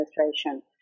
administration